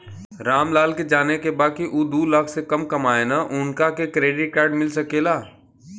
राम लाल के जाने के बा की ऊ दूलाख से कम कमायेन उनका के क्रेडिट कार्ड मिल सके ला?